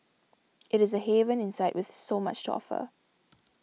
it is a haven inside with so much to offer